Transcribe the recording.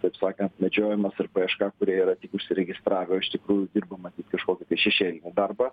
taip sakant medžiojimas ir paieška kurie yra tik užsiregistravo o iš tikrųjų dirba matyt kažkokį šešėlinį darbą